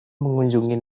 mengunjungi